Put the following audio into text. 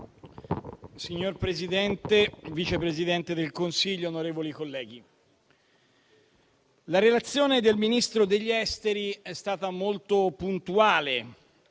Signor Presidente, signor Vice Presidente del Consiglio, onorevoli colleghi, la relazione del Ministro degli affari esteri è stata molto puntuale,